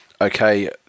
Okay